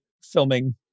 filming